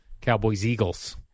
Cowboys-Eagles